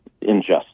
injustice